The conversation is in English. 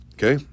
Okay